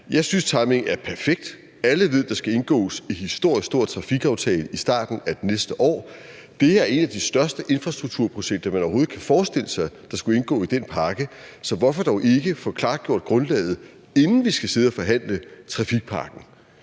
Jeg synes, timingen er perfekt. Alle ved, at der skal indgås en historisk stor trafikaftale i starten af næste år. Det er et af de største infrastrukturprojekter, man overhovedet kan forestille sig skulle indgå i den pakke, så hvorfor dog ikke få klargjort grundlaget, inden vi skal sidde og forhandle trafikpakken?